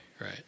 right